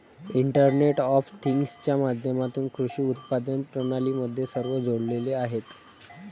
internet of थिंग्जच्या माध्यमातून कृषी उत्पादन प्रणाली मध्ये सर्व जोडलेले आहेत